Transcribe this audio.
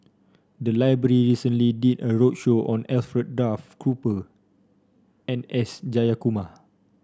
the library recently did a roadshow on Alfred Duff Cooper and S Jayakumar